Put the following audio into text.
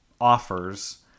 offers